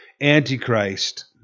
antichrist